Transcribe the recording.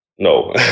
No